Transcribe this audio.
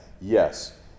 yes